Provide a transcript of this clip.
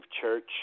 church